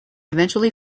eventually